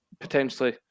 potentially